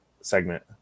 segment